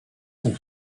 sont